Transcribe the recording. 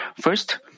First